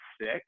sick